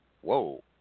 Whoa